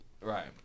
Right